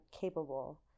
capable